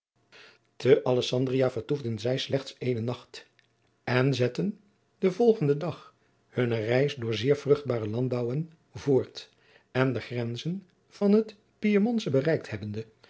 te alessandria vertoefden zij slechts eenen nacht en zetten den volgenden dag hunne reis door zeer vruchtbare landouwen voort en de grenzen van het piemontesche bereikt hebbende